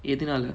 எதுனால:ethunaala